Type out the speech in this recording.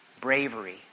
bravery